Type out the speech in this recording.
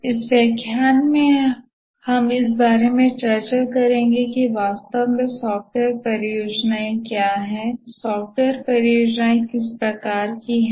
इस व्याख्यान में हम इस बारे में चर्चा करेंगे कि वास्तव में सॉफ्टवेयर परियोजनाएं क्या हैं सॉफ्टवेयर परियोजनाएं किस प्रकार की हैं